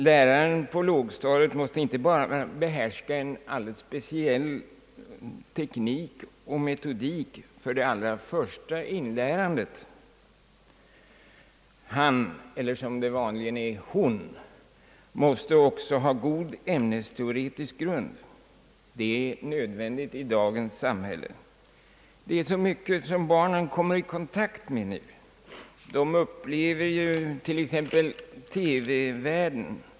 Läraren på lågstadiet måste inte bara behärska en alldeles speciell teknik och metodik för det allra första inlärandet. Han eller hon, som det vanligen är — måste också ha god ämnesteoretisk grund. Det är nödvändigt i dagens samhälle. Det är så mycket som barnen kommer i kontakt med. De upplever t.ex. TV-världen.